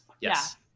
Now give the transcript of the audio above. Yes